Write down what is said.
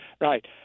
Right